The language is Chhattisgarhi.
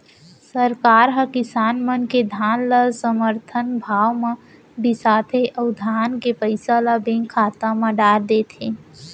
सरकार हर किसान मन के धान ल समरथन भाव म बिसाथे अउ धान के पइसा ल बेंक खाता म डार देथे